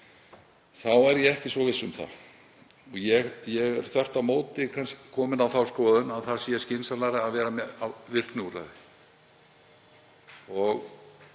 þá er ég ekki svo viss um það. Ég er þvert á móti kannski kominn á þá skoðun að það sé skynsamlegra að vera með virkniúrræði.